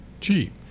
cheap